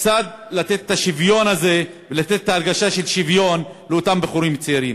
קצת לתת את השוויון הזה ולתת ההרגשה של שוויון לאותם בחורים צעירים.